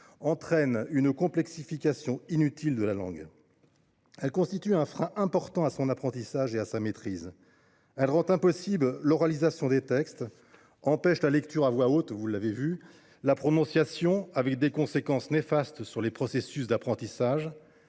entraîne une complexification inutile de la langue. Elle constitue un frein important à son apprentissage et à sa maîtrise. Elle rend impossible l’oralisation des textes, empêche la lecture à voix haute – vous venez de le constater – et la prononciation et a des conséquences néfastes sur les processus d’apprentissage,